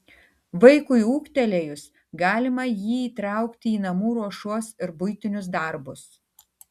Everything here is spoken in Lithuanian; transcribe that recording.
vaikui ūgtelėjus galima jį įtraukti į namų ruošos ir buitinius darbus